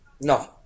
No